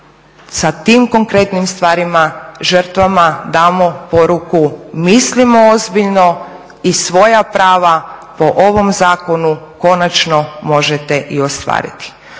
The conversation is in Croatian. sa tim konkretnim stvarima žrtvama damo poruku mislimo ozbiljno i svoja prava po ovom zakonu konačno možete i ostvariti.